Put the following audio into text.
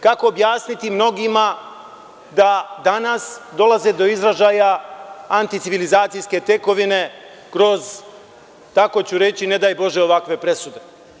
Kako objasniti mnogima da danas dolaze do izražaja anticivilizacijske tekovine kroz, tako ću reći, ne daj Bože ovakve presude.